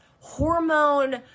hormone